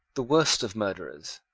the worst of murderers.